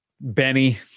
Benny